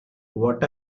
what